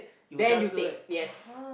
then you take yes